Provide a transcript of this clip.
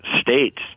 states